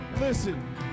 Listen